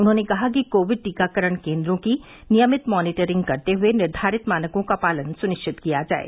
उन्होंने कहा कि कोविड टीकाकरण केन्द्रों की नियमित मानीटरिंग करते हुए निर्धारित मानकों का पालन सुनिश्चित किया जाये